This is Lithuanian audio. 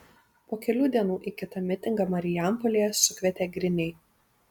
po kelių dienų į kitą mitingą marijampolėje sukvietė griniai